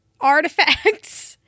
artifacts